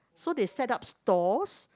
so they set up stores